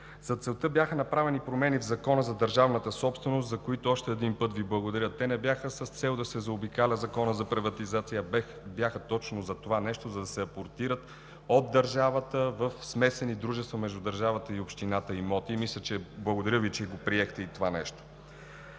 За целта бяха направени промени в Закона за държавната собственост, за които още един път Ви благодаря. Те не бяха с цел да се заобикаля Законът за приватизация, а бяха точно за това нещо, за да се апортират от държавата в смесените дружества между държавата и общината имоти. Благодаря Ви, че приехте и това нещо.